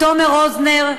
תומר רוזנר,